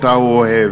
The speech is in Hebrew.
שאותה הוא אוהב.